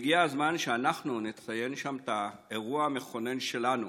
והגיע הזמן שאנחנו נציין שם את האירוע המכונן שלנו,